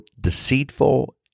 deceitful